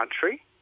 country